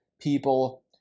people